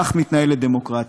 כך מתנהלת דמוקרטיה,